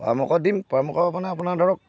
পৰামৰ্শ দিম পৰামৰ্শ মানে আপোনাৰ ধৰক